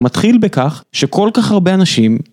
מתחיל בכך שכל כך הרבה אנשים